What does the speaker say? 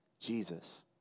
Jesus